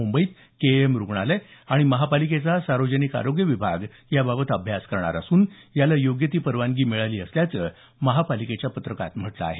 मुंबईत केईएम रुग्णालय आणि महापालिकेचा सार्वजनिक आरोग्य विभाग या बाबत अभ्यास करणार असून याला योग्य ती परवानगी मिळाली असल्याचं महापालिकेच्या पत्रकात म्हटलं आहे